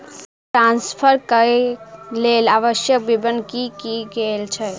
Fund transfer केँ लेल आवश्यक विवरण की की लागै छै?